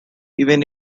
even